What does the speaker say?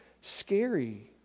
scary